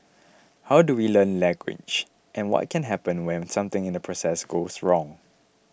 how do we learn language and what can happen when something in the process goes wrong